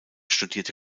studierte